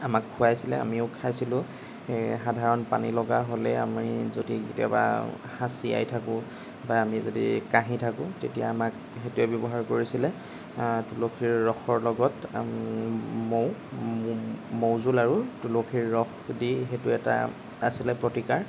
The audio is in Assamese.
আমাক খুৱাইছিলে আমিও খাইছিলোঁ সাধাৰণ পানীলগা হ'লেই আমি যদি কেতিয়াবা হাঁচিয়াই থাকোঁ বা আমি যদি কাহি থাকোঁ তেতিয়া আমাক সেইটোৱে ব্যৱহাৰ কৰিছিলে তুলসীৰ ৰসৰ লগত মৌ মৌজোল আৰু তুলসীৰ ৰস দি সেইটো এটা আছিলে প্ৰতিকাৰ